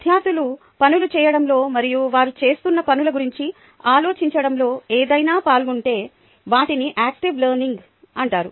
విద్యార్థులు పనులు చేయడంలో మరియు వారు చేస్తున్న పనుల గురించి ఆలోచించడంలో ఏదైనా పాల్గొంటే వాటిని యాక్టివ్ లెర్నింగ్ అంటారు